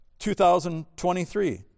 2023